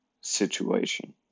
situation